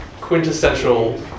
quintessential